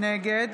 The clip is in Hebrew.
נגד